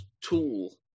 tool